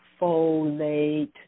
folate